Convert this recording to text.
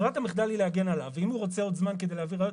ברירת המחדל היא להגן עליו ואם הוא רוצה עוד זמן כדי להביא ראיות,